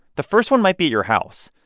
the first one might be at your house,